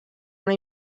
una